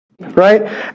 right